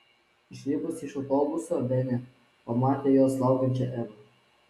išlipusi iš autobuso benė pamatė jos laukiančią evą